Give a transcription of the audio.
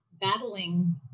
battling